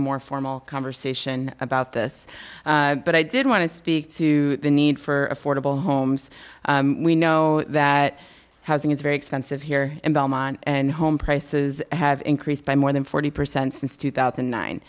a more formal conversation about this but i did want to speak to the need for affordable homes we know that housing is very expensive here in belmont and home prices have increased by more than forty percent since two thousand